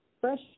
fresh